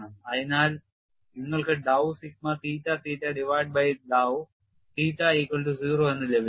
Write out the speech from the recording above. അതിനാൽ നിങ്ങൾക്ക് dow sigma theta theta divided by dow theta equal to 0 എന്ന് ലഭിക്കും